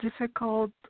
difficult